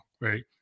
Right